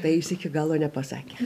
tai jis iki galo nepasakė